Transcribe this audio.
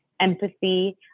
empathy